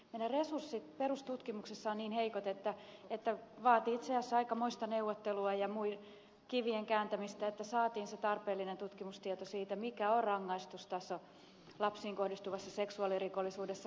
meidän resurssimme perustutkimuksessa ovat niin heikot että vaatii itse asiassa aikamoista neuvottelua ja kivien kääntämistä että saatiin se tarpeellinen tutkimustieto siitä mikä on rangaistustaso lapsiin kohdistuvassa seksuaalirikollisuudessa